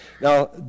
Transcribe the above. Now